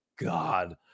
God